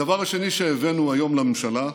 הדבר השני שהבאנו היום לממשלה,